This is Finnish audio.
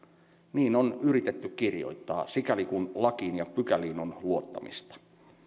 niin on yritetty kirjoittaa sikäli kuin lakiin ja pykäliin on luottamista